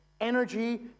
energy